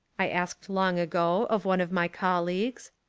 i asked long ago of one of my colleagues.